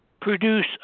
produce